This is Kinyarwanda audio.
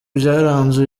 byaranze